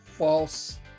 false